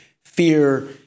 fear